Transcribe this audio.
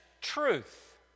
truth